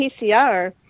PCR